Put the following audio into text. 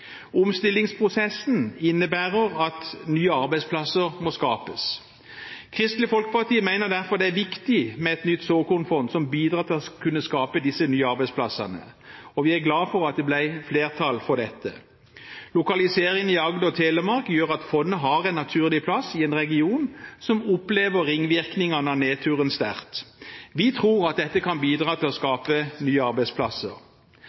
Omstillingsprosessen innebærer at nye arbeidsplasser må skapes. Kristelig Folkeparti mener derfor det er viktig med et nytt såkornfond som bidrar til å kunne skape disse nye arbeidsplassene, og vi er glad for at det ble flertall for dette. Lokalisering i Agder/Telemark gjør at fondet har en naturlig plass i en region som opplever ringvirkningen av nedturen sterkt. Vi tror at dette kan bidra til å skape nye arbeidsplasser.